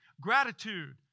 Gratitude